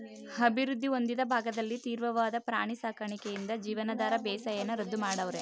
ಅಭಿವೃದ್ಧಿ ಹೊಂದಿದ ಭಾಗದಲ್ಲಿ ತೀವ್ರವಾದ ಪ್ರಾಣಿ ಸಾಕಣೆಯಿಂದ ಜೀವನಾಧಾರ ಬೇಸಾಯನ ರದ್ದು ಮಾಡವ್ರೆ